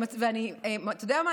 אתה יודע מה?